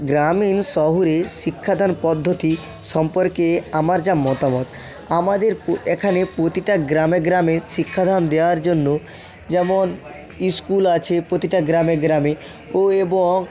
গ্রামীণ শহুরে শিক্ষাদান পদ্ধতি সম্পর্কে আমার যা মতামত আমাদের এখানে প্রতিটা গ্রামে গ্রামে শিক্ষাদান দেওয়ার জন্য যেমন স্কুল আছে প্রতিটা গ্রামে গ্রামে ও এবং